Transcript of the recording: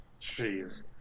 Jeez